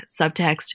Subtext